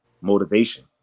motivation